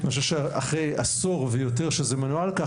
אני חושב שאחרי עשור ויותר שזה מנוהל בצורה הזו,